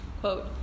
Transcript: Quote